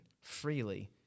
freely